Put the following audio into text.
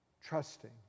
Trusting